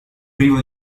privo